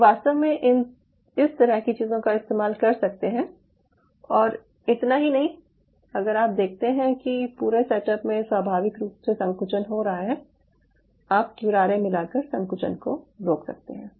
आप वास्तव में इस तरह की चीज़ों का इस्तेमाल कर सकते हैं और इतना ही नहीं अगर आप देखते हैं कि पूरे सेटअप में स्वाभाविक रूप से संकुचन हो रहा है आप क्युरारे मिला कर संकुचन को रोक सकते हैं